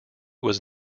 was